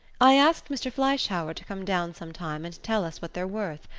i asked mr. fleischhauer to come down some time and tell us what they're worth.